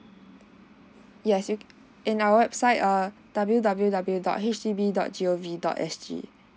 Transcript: yes you in our website err w w w dot H D B dot G O V dot S G